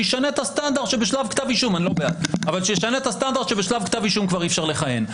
שישנה את הסטנדרט שבשלב כתב אישום כבר אי אפשר לכהן.